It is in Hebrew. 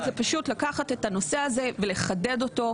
זה פשוט לקחת את הנושא הזה ולחדד אותו.